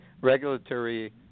regulatory